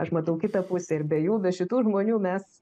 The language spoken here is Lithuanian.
aš matau kitą pusę ir be jų be šitų žmonių mes